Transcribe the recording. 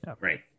Right